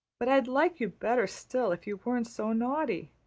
but i'd like you better still if you weren't so naughty.